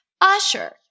Usher